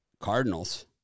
Cardinals